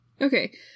Okay